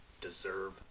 deserve